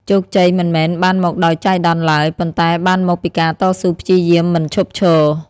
ជោគជ័យមិនមែនបានមកដោយចៃដន្យឡើយ ប៉ុន្តែបានមកពីការតស៊ូព្យាយាមមិនឈប់ឈរ។